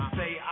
say